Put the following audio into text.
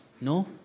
no